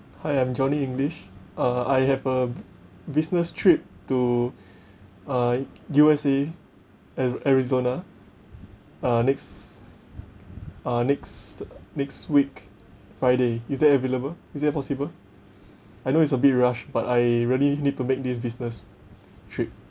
hi I'm johnny english uh I have a business trip to uh U_S_A and arizona uh next uh next next week friday is that available is that possible I know it's a bit rush but I really need to make this business trip